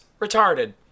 retarded